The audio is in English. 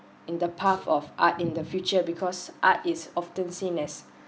in the path of art in the future because art is often seen as